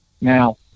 Now